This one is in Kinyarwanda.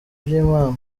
byimana